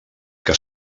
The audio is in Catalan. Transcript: que